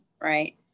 right